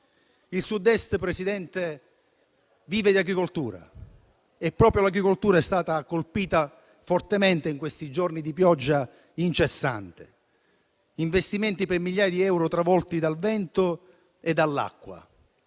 Il Sud-Est, Presidente, vive di agricoltura e proprio l'agricoltura è stata colpita fortemente in questi giorni di pioggia incessante. Investimenti per migliaia di euro sono stati travolti dal vento e dall'acqua.